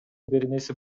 беренеси